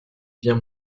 bien